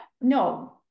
no